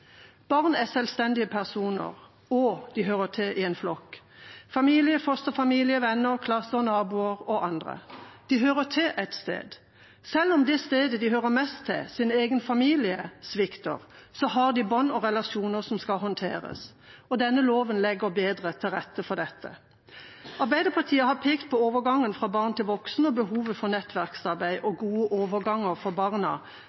Barn er selvstendige personer, og de hører til i en flokk – familie, fosterfamilie, venner, klasse, naboer og andre. De hører til et sted. Selv om det stedet de hører mest til, deres egen familie, svikter, har de bånd og relasjoner som skal håndteres. Denne loven legger bedre til rette for dette. Arbeiderpartiet har pekt på overgangen fra barn til voksen og behovet for nettverksarbeid og gode overganger for barna